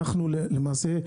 למעשה,